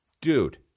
Dude